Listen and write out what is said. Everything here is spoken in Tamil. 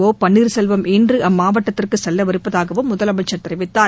ஒபன்வீர்செல்வம் இன்று அம்மாவட்டத்திற்கு செல்லவிருப்பதாகவும் முதலமைச்சர் தெரிவித்தார்